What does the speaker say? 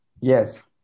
Yes